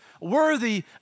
worthy